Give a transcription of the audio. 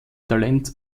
talent